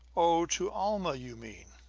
oh, to alma, you mean!